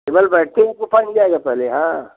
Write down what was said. table पे बैठते ही उनको पानी जाएगा पहले हाँ